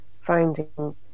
finding